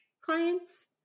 clients